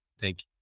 Thank